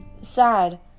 Sad